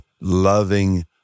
loving